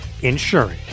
insurance